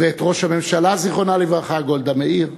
וראש הממשלה, זיכרונה לברכה, גולדה מאיר,